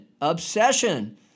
obsession